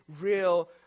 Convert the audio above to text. real